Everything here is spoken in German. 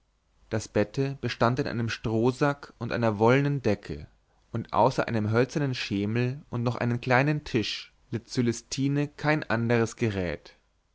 das bette bestand in einem strohsack und einer wollenen decke und außer einem hölzernen schemmel und noch einem kleinen tisch litt cölestine kein anderes gerät